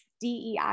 DEI